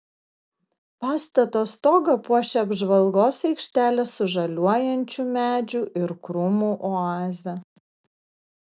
pastato stogą puošia apžvalgos aikštelė su žaliuojančių medžių ir krūmų oaze